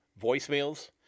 voicemails